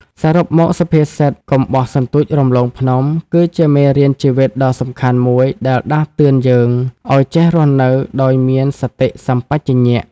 សរុបមកសុភាសិត កុំបោះសន្ទូចរំលងភ្នំ គឺជាមេរៀនជីវិតដ៏សំខាន់មួយដែលដាស់តឿនយើងឲ្យចេះរស់នៅដោយមានសតិសម្បជញ្ញៈ។